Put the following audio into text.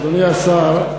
אדוני השר,